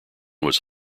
was